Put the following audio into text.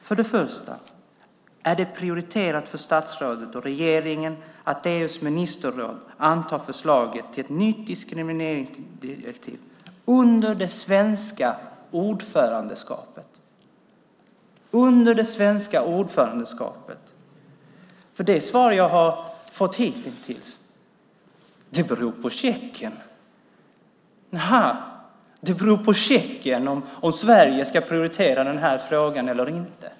För det första: Är det en prioritet för statsrådet och regeringen att EU:s ministerråd antar förslaget till ett nytt diskrimineringsdirektiv under det svenska ordförandeskapet? Det svar jag har fått hitintills är att det beror på Tjeckien. Jaha! Det beror på Tjeckien om Sverige ska prioritera den här frågan eller inte.